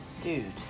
Dude